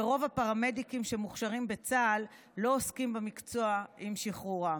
ורוב הפרמדיקים שמוכשרים בצה"ל לא עוסקים במקצוע עם שחרורם.